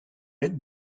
aide